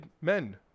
men